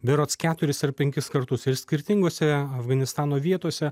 berods keturis ar penkis kartus ir skirtingose afganistano vietose